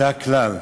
זה הכלל.